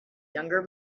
younger